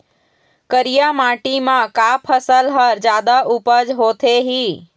करिया माटी म का फसल हर जादा उपज होथे ही?